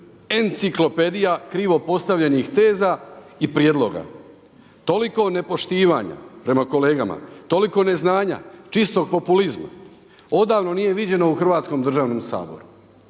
enciklopedija krivo postavljenih teza i prijedloga. Toliko nepoštivanja prema kolegama, toliko neznanja, čistog populizma odavno nije viđeno u Hrvatskom državnom saboru.